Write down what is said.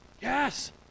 Yes